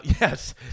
yes